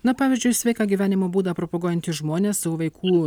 na pavyzdžiui sveiką gyvenimo būdą propaguojantys žmonės savo vaikų